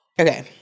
Okay